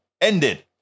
ended